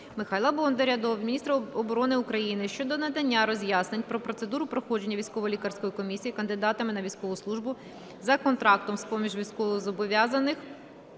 Михайла Бондаря до міністра оборони України щодо надання роз'яснень про процедуру проходження військово-лікарської комісії кандидатам на військову службу за контрактом з-поміж військовозобов'язаних